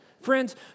Friends